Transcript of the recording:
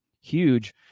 huge